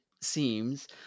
seems